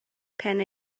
pen